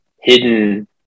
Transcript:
hidden